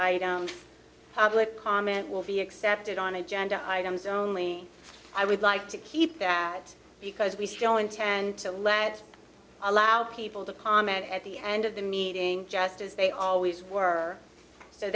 item comment will be accepted on agenda items only i would like to keep that because we still intend to let allow people to comment at the end of the meeting just as they always were so